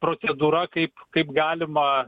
na procedūra kaip kaip galima